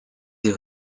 des